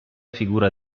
figura